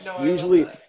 usually